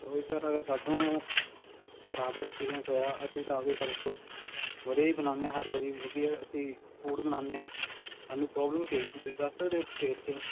sorry sir ਅਗਰ ਤੁਹਾਨੂੰ ਖਰਾਬ ਐਕਸਪੀਰੀਅੰਸ ਹੋਇਆ ਅਸੀਂ ਤਾਂ ਆਪਦੀ ਤਰਫ ਤੋਂ ਵਧੀਆ ਹੀ ਬਣਾਉਂਦੇ ਹਾਂ ਹਰ ਵਾਰੀ ਵਧੀਆ ਅਸੀਂ ਫੂਡ ਬਣਾਉਂਦੇ ਹਾਂ ਤੁਹਾਨੂੰ ਪ੍ਰੋਬਲਮ ਕੀ ਆਈ ਸੀ ਤੁਸੀਂ ਦੱਸ ਸਕਦੇ ਹੋ ਡਿਟੇਲ 'ਚ